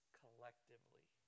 collectively